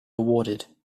rewarded